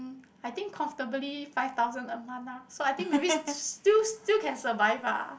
I think comfortably five thousand a month lah so I think maybe still still can survive lah